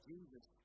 Jesus